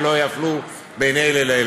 ושלא יפלו בין אלה לבין אלה.